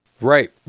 right